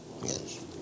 Yes